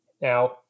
Now